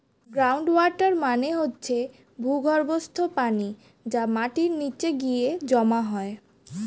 ground water মানে হচ্ছে ভূগর্ভস্থ পানি যা মাটির নিচে গিয়ে জমা হয়